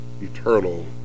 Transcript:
eternal